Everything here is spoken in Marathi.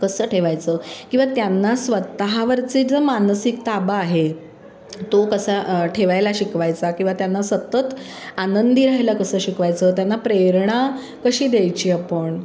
कसं ठेवायचं किंवा त्यांना स्वतःवरचे जो मानसिक ताबा आहे तो कसा ठेवायला शिकवायचा किंवा त्यांना सतत आनंदी राहायला कसं शिकवायचं त्यांना प्रेरणा कशी द्यायची आपण